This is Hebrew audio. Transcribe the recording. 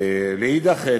מאידך,